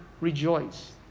rejoice